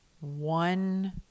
one